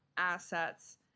assets